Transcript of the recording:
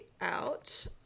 out